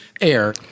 air